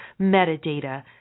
metadata